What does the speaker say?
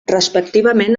respectivament